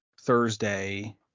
Thursday